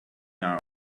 now